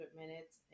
minutes